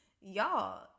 y'all